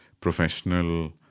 professional